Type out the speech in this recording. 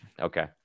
Okay